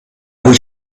would